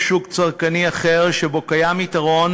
מאשר בכל שוק צרכני אחר שבו קיים יתרון